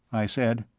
i said.